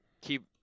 keep